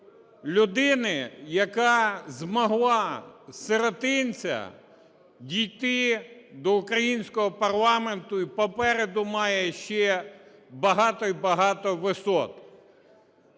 людини, яка змогла зсиротинця дійти до українського парламенту і попереду має ще багато й багато висот.